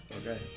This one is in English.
Okay